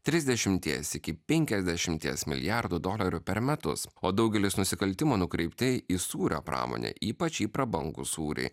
trisdešimties iki penkiasdešimties milijardų dolerių per metus o daugelis nusikaltimų nukreipti į sūrio pramonę ypač į prabangų sūrį